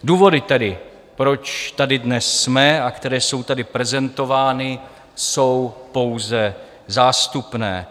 Důvody tedy, proč tady dnes jsme, a které jsou tady prezentovány, jsou pouze zástupné.